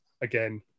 again